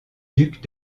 duc